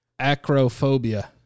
Acrophobia